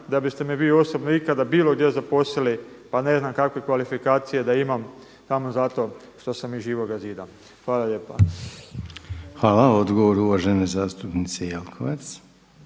da biste mi vi osobno ikada bilo gdje zaposlili pa ne znam kakve kvalifikacije da imam samo zato što sam iz Živoga zida. Hvala lijepa. **Reiner, Željko (HDZ)** Hvala lijepa. Odgovor uvažene zastupnice Jekovac.